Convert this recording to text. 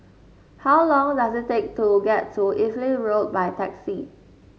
how long does it take to get to Evelyn Road by taxi